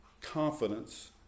confidence